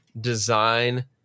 design